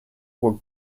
were